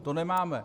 To nemáme.